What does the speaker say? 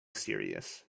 serious